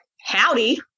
howdy